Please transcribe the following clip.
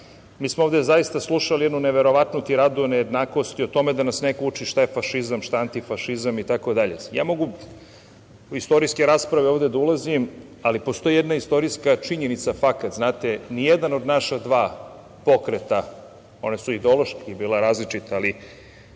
mi smo ovde zaista slušali jednu neverovatnu tiradu o nejednakosti, o tome da nas neko uči šta je fašizam, šta antifašizam itd. Mogu da ulazim ovde u istorijske rasprave, ali postoji jedna istorijska činjenica, fakat. Znate, nijedan od naša dva pokreta, ona su i ideološki bila različita, ali